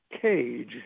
cage